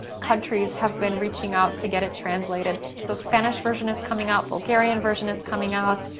countries have been reaching out to get it translated. so, spanish version is coming up, bulgarian version is coming out,